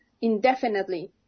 indefinitely